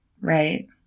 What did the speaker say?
right